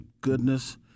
goodness